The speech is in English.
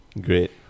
great